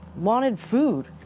wanted food.